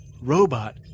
robot